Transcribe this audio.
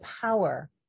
power